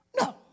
No